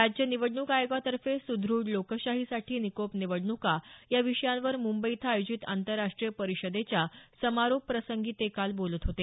राज्य निवडणूक आयोगातर्फे सुद्रढ लोकशाहीसाठी निकोप निवडणुकाया विषयावर मुंबई इथं आयोजित आंतरराष्ट्रीय परिषदेच्या समारोपप्रसंगी ते काल बोलत होते